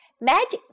Magic